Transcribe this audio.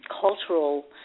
cultural